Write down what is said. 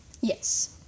Yes